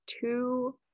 two